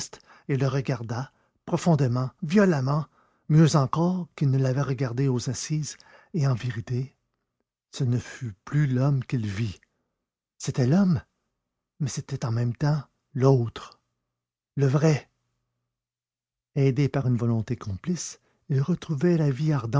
et le regarda profondément violemment mieux encore qu'il ne l'avait regardé aux assises et en vérité ce ne fut plus l'homme qu'il vit c'était l'homme mais c'était en même temps l'autre le vrai aidé par une volonté complice il retrouvait la vie